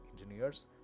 engineers